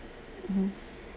mm